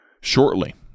Shortly